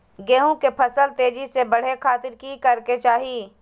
गेहूं के फसल तेजी से बढ़े खातिर की करके चाहि?